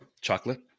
Chocolate